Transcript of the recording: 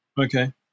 okay